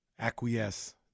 acquiesce